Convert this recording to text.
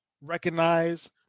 recognize